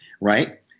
Right